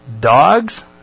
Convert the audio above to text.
Dogs